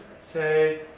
say